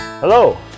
Hello